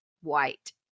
white